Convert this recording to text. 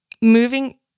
Moving